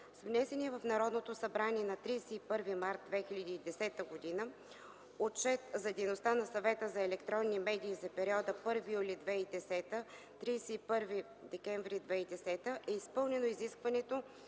С внесения в Народното събрание на 31 март 2010 г. Отчет за дейността на Съвета за електронни медии за периода 1 юли – 31 декември 2010 г. е изпълнено изискването